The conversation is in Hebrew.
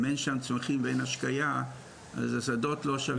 אם אין שם צמחים ואין השקיה אז השדות לא שווים שום דבר.